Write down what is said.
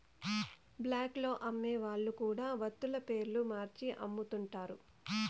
black లో అమ్మే వాళ్ళు కూడా వత్తుల పేర్లు మార్చి అమ్ముతుంటారు